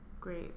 Great